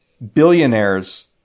Billionaires